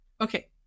Okay